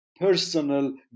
personal